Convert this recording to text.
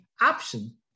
option